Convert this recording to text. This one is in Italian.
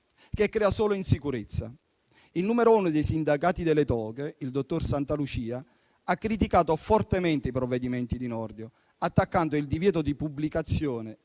che crea solo insicurezza. Il numero uno dei sindacati delle toghe, il dottor Santalucia, ha criticato fortemente i provvedimenti di Nordio, attaccando il divieto di pubblicazione,